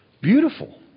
Beautiful